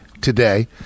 today